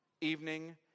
Evening